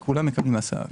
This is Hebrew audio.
כן.